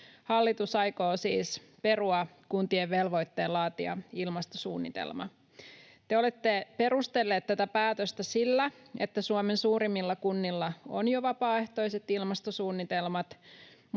Hallitus aikoo siis perua kuntien velvoitteen laatia ilmastosuunnitelma. Te olette perustelleet tätä päätöstä sillä, että Suomen suurimmilla kunnilla on jo vapaaehtoiset ilmastosuunnitelmat,